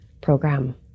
program